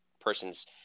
person's